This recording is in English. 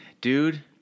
Dude